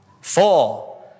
Four